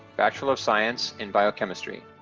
bachelor of science in biochemistry.